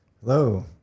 Hello